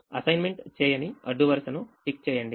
assignment చేయని అడ్డు వరుసను టిక్ చేయండి